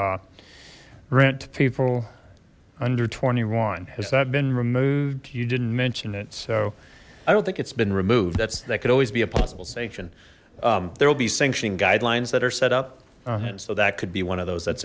to rent people under twenty one has that been removed you didn't mention it so i don't think it's been removed that's that could always be a possible sanction there will be sanctioning guidelines that are set up and so that could be one of those that's